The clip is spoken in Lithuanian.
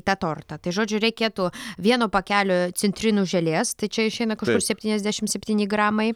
tą tortą tai žodžiu reikėtų vieno pakelio citrinų želės tai čia išeina septyniasdešimt septyni gramai